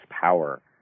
power